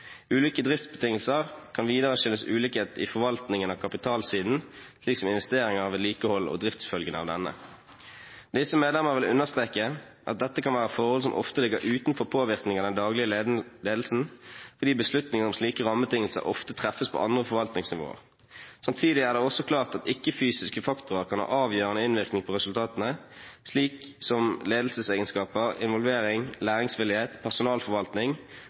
Ulike driftsbetingelser kan videre skyldes ulikhet i forvaltningen av kapitalsiden slik som investeringer, vedlikehold og driftsfølgene av denne. Høyre, Fremskrittspartiet og Senterpartiet vil understreke at dette kan være forhold som ofte ligger utenfor påvirkning av den daglige ledelsen, fordi beslutninger om slike rammebetingelser ofte treffes på andre forvaltningsnivåer. Samtidig er det også klart at ikke-fysiske faktorer kan ha avgjørende innvirkning på resultatene, slik som ledelsesegenskaper, involvering, læringsvillighet, personalforvaltning